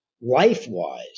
life-wise